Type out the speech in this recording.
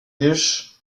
dish